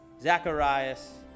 Zacharias